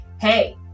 Hey